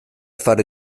fare